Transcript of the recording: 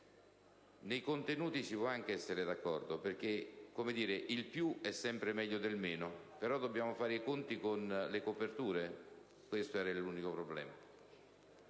ai contenuti, si può anche essere d'accordo, perché il più è sempre meglio del meno; però, dobbiamo fare i conti con la copertura. Questo era l'unico problema.